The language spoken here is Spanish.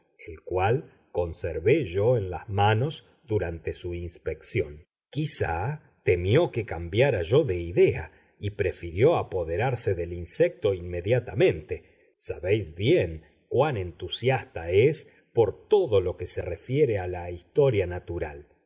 el cual conservé yo en las manos durante su inspección quizá si temió que cambiara yo de idea y prefirió apoderarse del insecto inmediatamente sabéis bien cuan entusiasta es por todo lo que se refiere a la historia natural